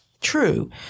true